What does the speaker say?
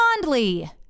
Fondly